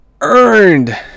earned